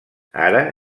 ara